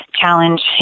challenge